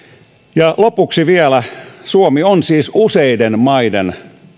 ja lopuksi vielä suomi on siis useiden maiden